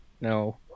No